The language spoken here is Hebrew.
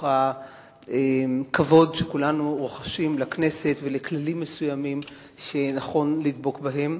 מתוך הכבוד שכולנו רוחשים לכנסת ולכללים מסוימים שנכון לדבוק בהם.